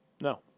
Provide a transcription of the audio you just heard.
No